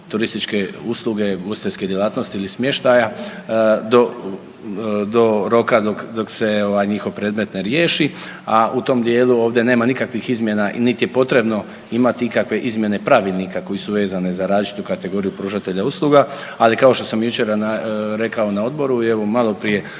turističke usluge ugostiteljske djelatnosti ili smještaja do roka dok se njihov predmet ne riješi. A u tom dijelu ovdje nema nikakvih izmjena niti je potrebno imati ikakve izmjene pravilnika koje su vezane za različitu kategoriju pružatelja usluga. Ali kao što sam jučer rekao na odboru i evo maloprije